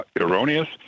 erroneous